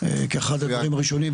כאחד הדברים הראשונים.